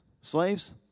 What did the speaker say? slaves